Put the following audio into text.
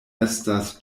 estas